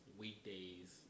weekdays